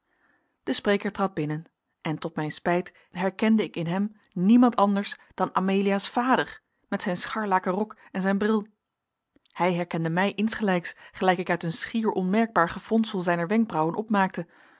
de spreker trad binnen en tot mijn spijt herkende ik in hem niemand anders dan amelia's vader met zijn scharlaken rok en zijn bril hij herkende mij insgelijks gelijk ik uit een schier onmerkbaar gefronsel zijner wenkbrauwen opmaakte